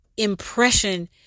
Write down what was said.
impression